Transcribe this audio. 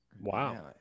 Wow